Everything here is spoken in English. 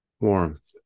warmth